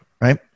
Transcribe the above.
right